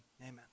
Amen